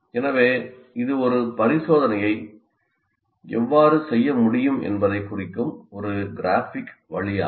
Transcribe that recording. எனவே இது ஒரு பரிசோதனையை எவ்வாறு செய்ய முடியும் என்பதைக் குறிக்கும் ஒரு கிராஃபிக் வழியாகும்